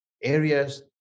areas